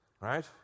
right